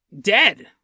dead